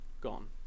gone